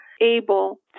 able